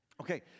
Okay